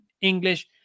English